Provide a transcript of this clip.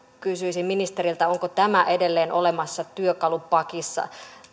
kysyisin ministeriltä onko tämä edelleen olemassa työkalupakissa